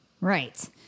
Right